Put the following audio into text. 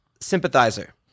sympathizer